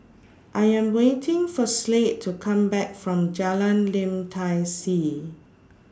I Am waiting For Slade to Come Back from Jalan Lim Tai See